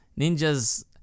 ninjas